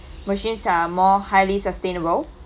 machines are more highly sustainable